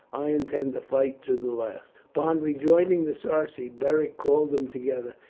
i intend to fight to the last. upon rejoining the sarci, beric called them together,